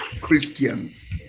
Christians